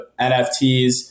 NFTs